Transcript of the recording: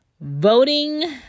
voting